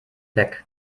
weg